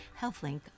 HealthLink